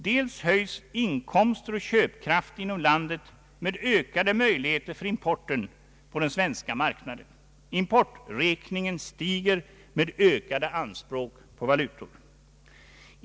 Dels höjs inkomster och köpkraft inom landet med ökade möjligheter för importen på den svenska marknaden. Importräkningen stiger med ökade anspråk på valutor.